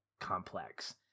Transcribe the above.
complex